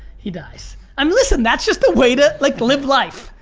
he dies. i mean listen that's just a way to like live life.